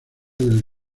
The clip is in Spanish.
del